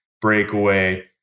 breakaway